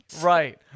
right